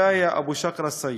קיפאיא אבו שאקרא אלסייד.